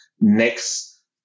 next